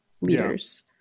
leaders